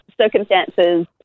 circumstances